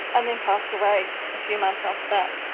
and then passed away a few months after that.